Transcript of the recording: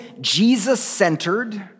Jesus-centered